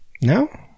No